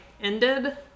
ended